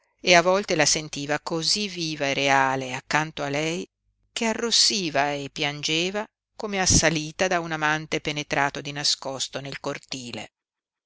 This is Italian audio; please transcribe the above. e a volte la sentiva cosí viva e reale accanto a lei che arrossiva e piangeva come assalita da un amante penetrato di nascosto nel cortile